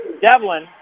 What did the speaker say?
Devlin